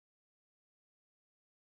what is that Joey